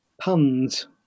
puns